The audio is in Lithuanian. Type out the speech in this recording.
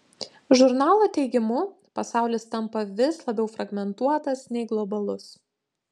žurnalo teigimu pasaulis tampa vis labiau fragmentuotas nei globalus